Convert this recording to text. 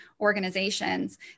organizations